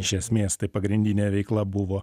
iš esmės tai pagrindinė veikla buvo